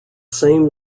same